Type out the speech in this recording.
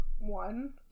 one